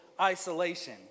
isolation